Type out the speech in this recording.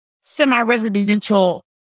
semi-residential